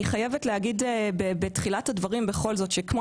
אני חייבת להגיד בתחילת הדברים בכל זאת שכמו